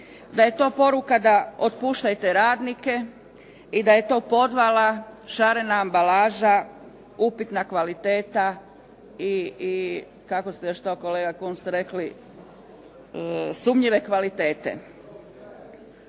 da je to poruka otpuštajte radnike i da je to podvala, šarena ambalaža, upitna kvaliteta i kako ste još to kolega Kunst rekli, sumnjive kvalitete.